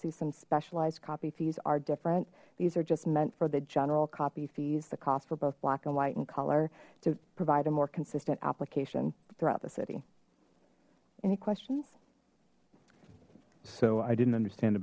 see some specialized copy fees are different these are just meant for the general copy fees the cost for both black and white in color to provide a more consistent application throughout the city any questions so i didn't understand